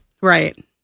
right